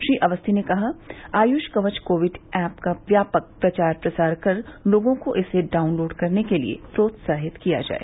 श्री अवस्थी ने कहा Ayush Kavach Covid app का व्यापक प्रचार प्रसार कर लोगों को इसे डाउनलोड करने के लिए प्रोत्साहित किया जाए